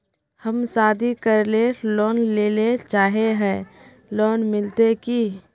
हम शादी करले लोन लेले चाहे है लोन मिलते की?